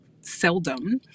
seldom